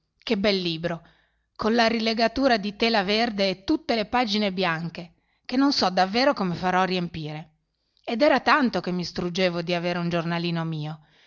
che bel libro con la rilegatura di tela verde e tutte le pagine bianche che non so davvero come farò a riempire ed era tanto che mi struggevo di avere un giornalino mio